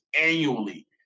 annually